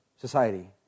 society